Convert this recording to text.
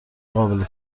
قابل